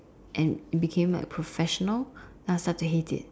and became like a professional uh start to hate it